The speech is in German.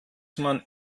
man